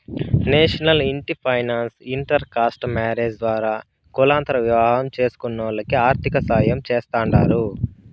national ఇంటి finance inter caste marriages ద్వారా కులాంతర వివాహం చేస్కునోల్లకి ఆర్థికసాయం చేస్తాండారు